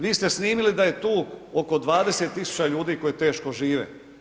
Vi ste snimili da je tu oko 20 000 ljudi koji teško žive.